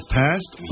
passed